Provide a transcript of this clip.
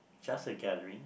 just a gathering